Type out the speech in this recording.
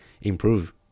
improve